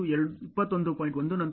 1 ನಂತರ 0